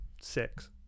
Six